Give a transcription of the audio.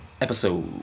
episode